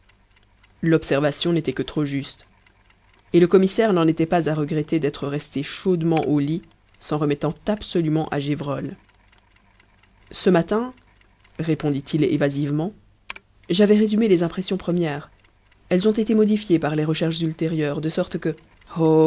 l'observation n'était que trop juste et le commissaire n'en était pas à regretter d'être resté chaudement au lit s'en remettant absolument à gévrol ce matin répondit-il évasivement j'avais résumé les impressions premières elles ont été modifiées par les recherches ultérieures de sorte que oh